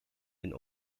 den